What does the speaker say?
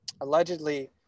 allegedly